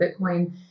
Bitcoin